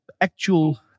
actual